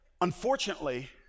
unfortunately